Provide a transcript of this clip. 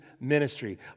ministry